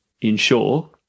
ensure